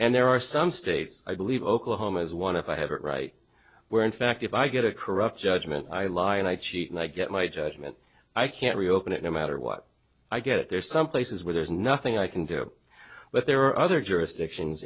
and there are some states i believe oklahoma's one of i have it right where in fact if i get a corrupt judgment i lie and i cheat and i get my judgement i can't reopen it no matter what i get there are some places where there's nothing i can do but there are other jurisdictions